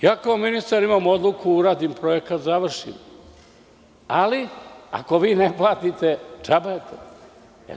Ja kao ministar imam odluku, uradim projekat, završim, ali ako vi ne platite, džaba je to.